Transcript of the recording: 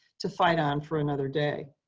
to fight on for another day.